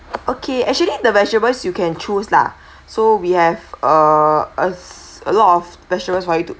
okay actually the vegetables you can choose lah so we have a a~ a lot of vegetables for you to